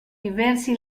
diversi